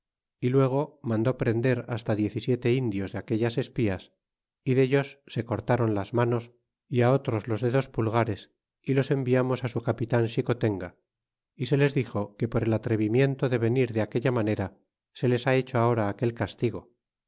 y luego mandó prender hasta diez y siete indios de aquellas espías y dellos se cortron las manos y otros los dedos pulgares y los enviamos su capitan xicotenga y se les dixo que por el atrevimiento de venir de aquella manera se les ha hecho ahora aquel castigo